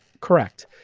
correct.